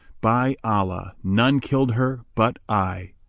by allah, none killed her but i.